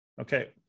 Okay